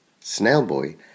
Snailboy